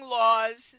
laws